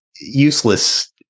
useless